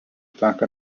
teka